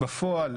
בפועל,